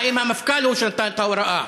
האם המפכ"ל הוא שנתן את ההוראה?